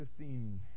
15